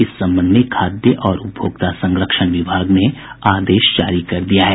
इस संबंध में खाद्य और उपभोक्ता संरक्षण विभाग ने आदेश जारी कर दिया है